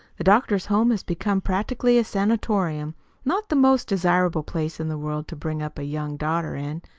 the doctor's home has become practically a sanatorium not the most desirable place in the world to bring up a young daughter in,